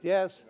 Yes